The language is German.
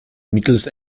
mittels